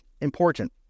important